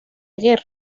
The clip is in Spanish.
guerra